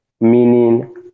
meaning